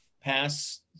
pass